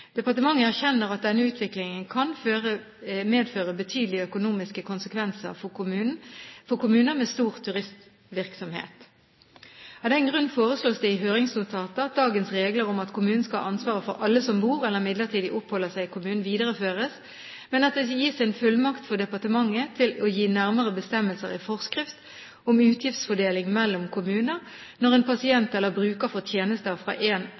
Departementet erkjenner at denne utviklingen kan medføre betydelige økonomiske konsekvenser for kommuner med stor turistvirksomhet. Av den grunn foreslås det i høringsnotatet at dagens regler om at kommunen skal ha ansvaret for alle som bor eller midlertidig oppholder seg i kommunen, videreføres, men at det gis en fullmakt for departementet til å gi nærmere bestemmelser i forskrift om utgiftsfordeling mellom kommuner når en pasient eller bruker får tjenester fra en